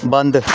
ਬੰਦ